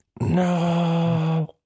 no